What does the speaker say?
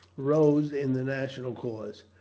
rose in the national cause.